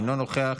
אינו נוכח,